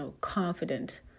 confident